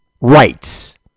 rights